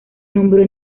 nombró